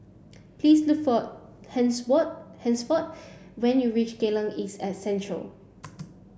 please look for Hansford when you reach Geylang East at Central